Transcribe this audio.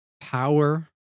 power